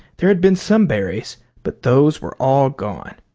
there had been some berries but those were all gone.